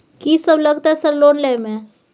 कि सब लगतै सर लोन लय में?